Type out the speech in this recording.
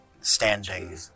Standing